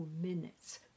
minutes